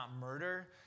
murder